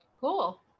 Cool